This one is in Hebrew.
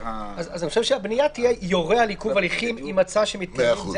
אני רוצה שהבנייה תהיה: "יורה על עיכוב הליכים אם מצא כי מתקיימים ...